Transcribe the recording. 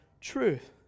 truth